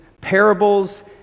parables